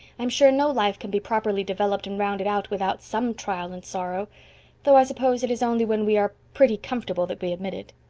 i'm sure no life can be properly developed and rounded out without some trial and sorrow though i suppose it is only when we are pretty comfortable that we admit it.